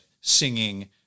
singing